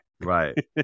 Right